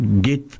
get